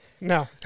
No